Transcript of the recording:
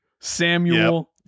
Samuel